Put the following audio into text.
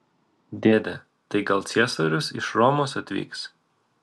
dėde tai gal ciesorius iš romos atvyks